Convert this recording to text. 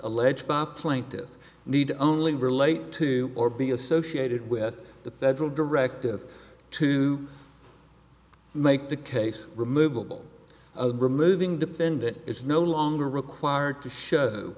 need only relate to or be associated with the federal directive to make the case removable removing defendant is no longer required to show